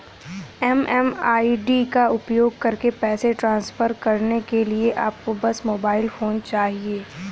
MMID का उपयोग करके पैसे ट्रांसफर करने के लिए आपको बस मोबाइल फोन चाहिए